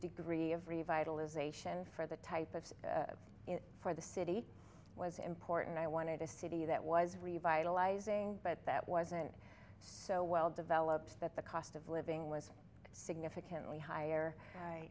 degree of revitalization for the type of for the city was important i wanted a city that was revitalizing but that wasn't so well developed that the cost of living was significantly higher